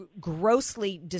grossly